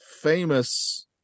famous